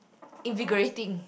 immigrating